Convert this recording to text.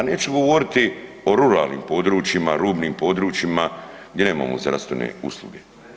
A neću govoriti o ruralnim područjima, rubnim područjima gdje nemamo zdravstvene usluge.